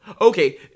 okay